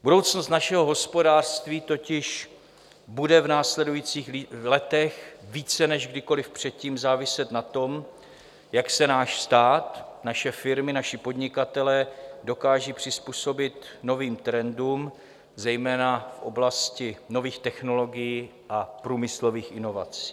Budoucnost našeho hospodářství totiž bude v následujících letech více než kdykoliv předtím záviset na tom, jak se náš stát, naše firmy, naši podnikatelé dokážou přizpůsobit novým trendům, zejména v oblasti nových technologií a průmyslových inovací.